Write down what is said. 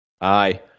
Aye